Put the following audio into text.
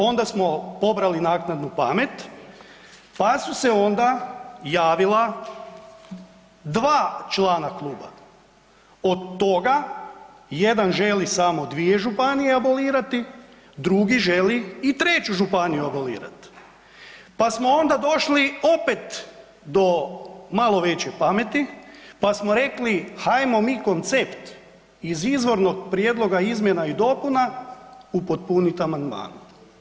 Onda smo pobrali naknadu pamet, pa su se onda javila dva člana kluba, od toga jedan želi samo dvije županije abolirati, drugi želi i treću županiju abolirat, pa smo onda došli opet do malo veće pameti pa smo rekli hajmo mi koncept iz izvornog prijedloga izmjena i dopuna upotpunit amandmanom.